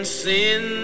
sin